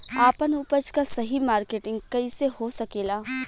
आपन उपज क सही मार्केटिंग कइसे हो सकेला?